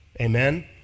Amen